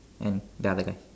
and the other guy